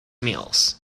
mills